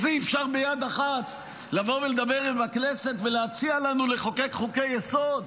אז אי-אפשר ביד אחת לבוא ולדבר עם הכנסת ולהציע לנו לחוקק חוקי-יסוד,